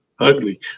ugly